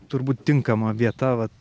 turbūt tinkama vieta vat